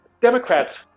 Democrats